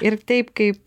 ir taip kaip